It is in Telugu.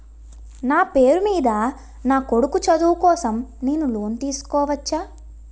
నా పేరు మీద నా కొడుకు చదువు కోసం నేను లోన్ తీసుకోవచ్చా?